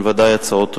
הן ודאי הצעות ראויות,